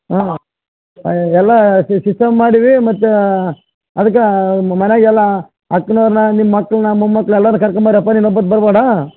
ಹಾಂ ಅಯ ಎಲ್ಲ ಸಿಸ್ಟಮ್ ಮಾಡೀವಿ ಮತ್ತು ಅದಕ್ಕೆ ಮನೆಗೆಲ್ಲ ಅಕ್ನವ್ರನ್ನ ನಿಮ್ಮ ಮಕ್ಳನ್ನ ನಿಮ್ಮ ಮೊಮ್ಮಕ್ಳು ಎಲ್ಲರ ಕರ್ಕೊಂಬರೆಪ್ಪ ನೀನೊಬ್ಬ